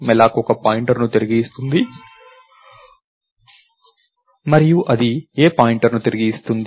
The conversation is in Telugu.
malloc ఒక పాయింటర్ను తిరిగి ఇస్తుంది మరియు అది ఏ పాయింటర్ని తిరిగి ఇస్తుంది